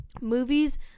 movies